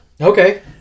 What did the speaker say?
Okay